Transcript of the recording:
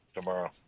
tomorrow